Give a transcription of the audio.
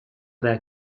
their